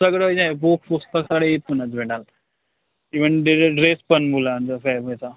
सगळं जे आहे बुक पुस्तक सगळे इथूनच भेटणार ईवन डिरेस ड्रेस पण मुलांचा चा